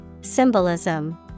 Symbolism